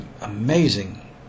amazing